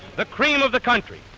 the cream of the country.